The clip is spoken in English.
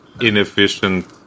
inefficient